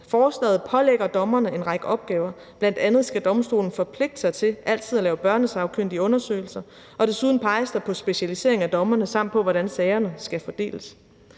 Forslaget pålægger dommerne en række opgaver. Domstolen skal bl.a. forpligte sig til altid at lave børnesagkyndige undersøgelser, og desuden peges der på specialisering af dommerne samt på, hvordan sagerne skal fordeles.